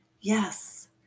Yes